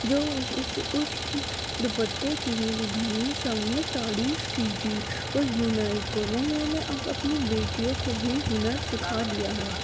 جو اس اس اس ڈوپٹے کی میرے گھر میں سب نے تعریف کی تھی اس بنائی کو بھی میں نے اب اپنی بیٹیوں کو بھی ہنر سکھا دیا ہے